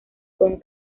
con